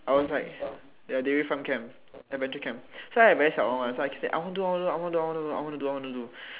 I was like ya dairy farm camp adventure camp so I very siao on [one] so I keep say I wanna do I wanna do I wanna do I wanna do I wanna do I wanna do